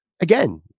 again